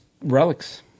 relics